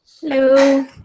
Hello